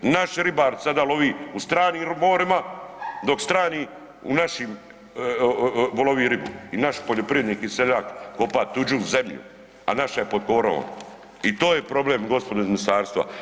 Naš ribar sada lovi u stranim morima dok strani u našem lovi ribu i naš poljoprivrednik i seljak kopa tuđu zemlju, a naša je pod korovom i to je problem gospodo iz ministarstva.